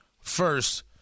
First